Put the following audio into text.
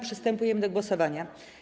Przystępujemy do głosowania.